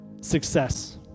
Success